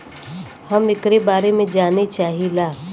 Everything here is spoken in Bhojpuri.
हम एकरे बारे मे जाने चाहीला?